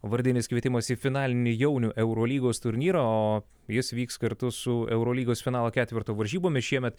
vardinis kvietimas į finalinį jaunių eurolygos turnyrą o jis vyks kartu su eurolygos finalo ketverto varžybomis šiemet